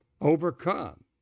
overcome